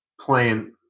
playing